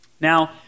Now